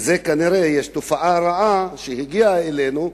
יש תופעה רעה שהגיעה אלינו,